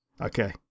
Okay